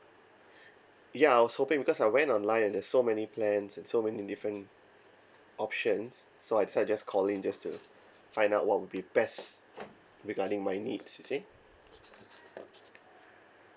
ya I was hoping because I went online and there's so many plans and so many different options so I decided to just call in just to find out what would be best regarding my needs you see